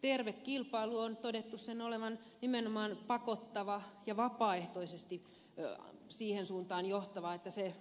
terveen kilpailun on todettu nimenomaan pakottavan ja vapaaehtoisesti johtavan siihen että se